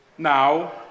Now